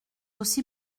aussi